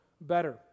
better